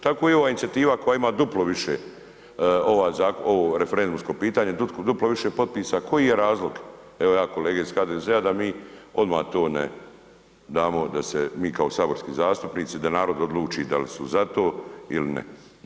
Tako i ova inicijativa koja ima duplo više, ovo referendumsko pitanje, duplo više potpisa, koji je razlog, evo ja kolege iz HDZ-a da mi odmah to ne damo da se mi kao saborski zastupnici, da narod odluči da li su za to ili ne.